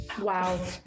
Wow